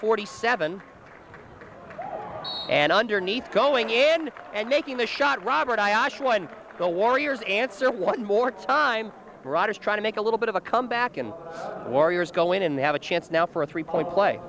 forty seven and underneath going in and making the shot robert i actually won the warriors answer one more time rodgers trying to make a little bit of a comeback and warriors go in and they have a chance now for a three point play